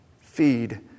feed